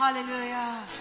Hallelujah